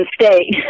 State